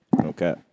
Okay